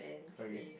okay